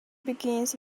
begins